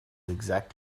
exact